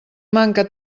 manca